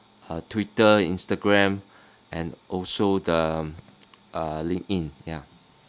uh twitter instagram and also the uh linkedin yeah